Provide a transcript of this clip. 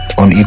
on